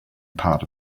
part